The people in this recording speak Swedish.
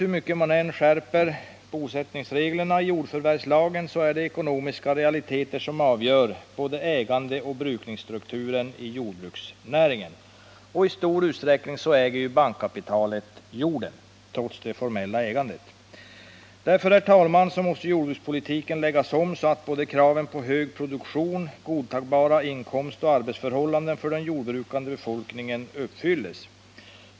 Hur mycket man än skärper bosättningsreglerna i jordförvärvslagen är det ekonomiska realiteter som avgör både ägaroch brukningsstrukturen i jordbruksnäringen. I stor utsträckning äger ju bankkapitalet jordbruket, trots det formella ägandet. Därför, herr talman, måste jordbrukspolitiken läggas om så att både kraven på hög produktion och godtagbara inkomstoch arbetsförhållanden för den jordbrukande befolkningen uppfylls.